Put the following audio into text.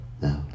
No